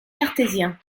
cartésien